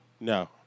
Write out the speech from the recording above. No